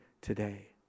today